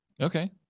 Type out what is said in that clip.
Okay